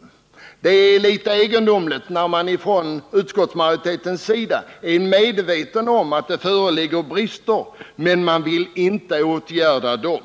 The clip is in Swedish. Men det är litet egendomligt att utskottsmajoriteten, trots att man är medveten om att det föreligger brister, inte vill föreslå att åtgärder mot